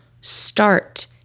start